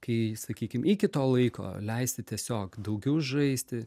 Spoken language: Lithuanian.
kai sakykim iki to laiko leisti tiesiog daugiau žaisti